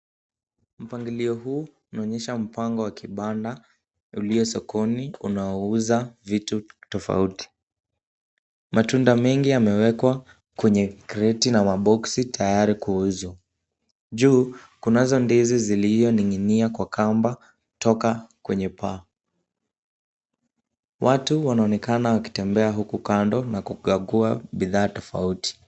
Mpangilio huu unaonyesha mpango wa kibanda ulio sokoni unaouza vitu tofauti. Matunda mengi yamewekwa kwenye kreti na maboksi tayari kuuzwa, juu kunazo ndizi zilizo ning'inia kwa kamba toka kwenye paa. Watu wanaonekana wakitembea huku kando na kukagua bidhaa tofauti.